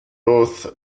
both